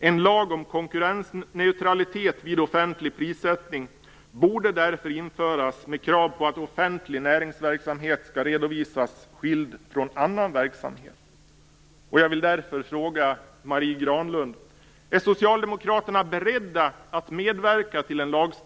En lag om konkurrensneutralitet vid offentlig prissättning borde därför införas med krav på att offentlig näringsverksamhet skall redovisas skild från annan verksamhet.